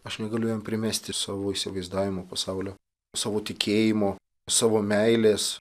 aš negaliu jam primesti savo įsivaizdavimo pasaulio savo tikėjimo savo meilės